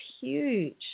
huge